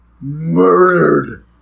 murdered